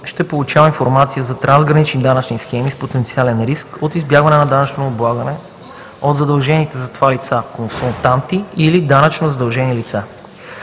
ще получава информация за трансгранични данъчни схеми с потенциален риск от избягване на данъчно облагане от задължените за това лица – консултанти или данъчно задължени лица.